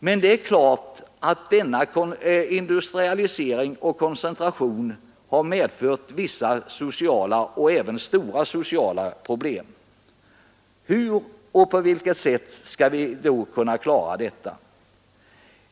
Men det är klart att denna industrialisering och koncentration har medfört vissa stora sociala problem. På vilket sätt skall vi då kunna klara detta?